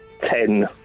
Ten